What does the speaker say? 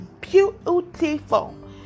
beautiful